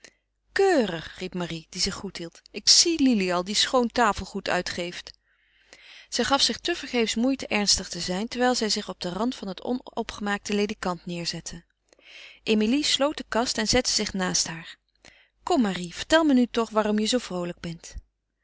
keurig riep marie die zich goed hield ik zie lili al die schoon tafelgoed uitgeeft zij gaf zich tevergeefs moeite ernstig te zijn terwijl zij zich op den rand van het onopgemaakte ledikant neêrzette emilie sloot de kast en zette zich naast haar kom marie vertel me nu toch waarom je zoo vroolijk bent